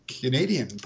Canadian